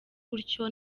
gutyo